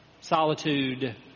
solitude